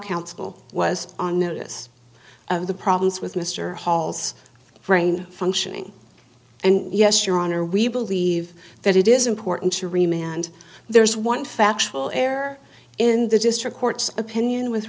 counsel was on notice of the problems with mr hall's brain functioning and yes your honor we believe that it is important to remain and there's one factual error in the district court's opinion with